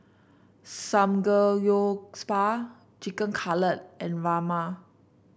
Samgeyopsal Chicken Cutlet and Rajma